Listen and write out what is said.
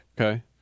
Okay